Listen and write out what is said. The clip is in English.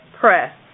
press